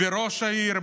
בראש העירייה,